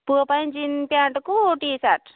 ପୁଅ ପାଇଁ ଜିନ୍ସ ପ୍ୟାଣ୍ଟ୍କୁ ଟି ସାର୍ଟ୍